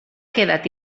quedat